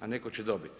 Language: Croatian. a netko će dobit.